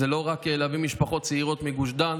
זה לא רק להביא משפחות צעירות מגוש דן,